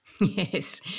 Yes